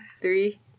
Three